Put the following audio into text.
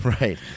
right